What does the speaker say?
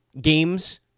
games